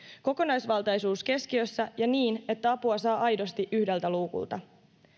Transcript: kokonaisvaltaisuus keskiössä ja niin että apua saa aidosti yhdeltä luukulta